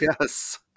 yes